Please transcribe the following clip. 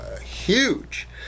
Huge